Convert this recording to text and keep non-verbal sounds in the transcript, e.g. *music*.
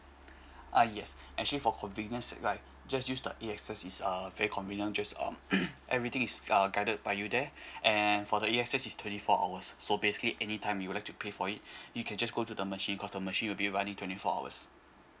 uh yes actually for convenience right just use the A_X_S is uh very convenient just um *coughs* everything is uh guided by you there and for the A_X_S is twenty four hours so basically any time you like to pay for it you can just go to the machine because the machine will be running twenty four hours